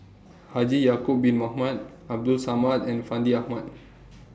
Haji Ya'Acob Bin Mohamed Abdul Samad and Fandi Ahmad